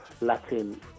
latin